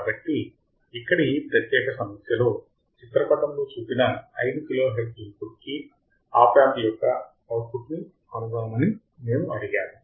కాబట్టి ఇక్కడ ఈ ప్రత్యేక సమస్యలో చిత్ర పటములో చూపిన 5 కిలో హెర్ట్జ్ ఇన్పుట్ కి ఆప్ యాంప్ యొక్క అవుట్పుట్ ని కనుగొనమని మేము అడిగాము